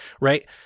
right